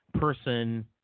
person